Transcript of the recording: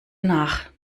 nach